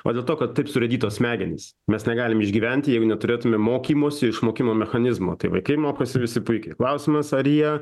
o dėl to kad taip surėdytos smegenys mes negalim išgyventi jeigu neturėtume mokymosi išmokimo mechanizmo tai vaikai mokosi visi puikiai klausimas ar jie